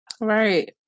Right